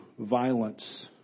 violence